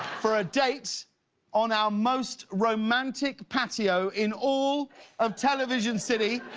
for a date on our most romantic patio in all of television city.